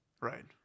Right